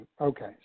okay